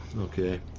okay